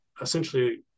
essentially